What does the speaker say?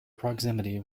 proximity